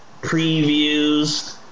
previews